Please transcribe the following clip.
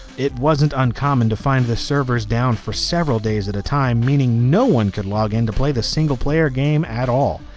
it wasn't uncommon to find the servers down for several days at a time meaning no one could log in to play the single player game at all.